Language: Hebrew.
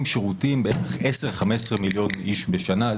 שירותים בערך ל-15-10 מיליון איש בשנה.